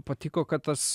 patiko kad tas